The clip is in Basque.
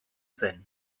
zen